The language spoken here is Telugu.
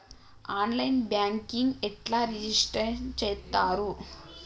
ఆన్ లైన్ బ్యాంకింగ్ ఎట్లా రిజిష్టర్ చేత్తరు?